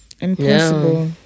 Impossible